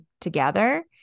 together